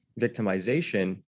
victimization